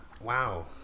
Wow